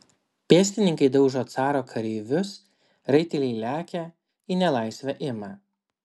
pėstininkai daužo caro kareivius raiteliai lekia į nelaisvę ima